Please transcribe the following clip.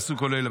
ויעשו כל אלה.